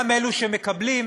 גם אלה שמקבלים,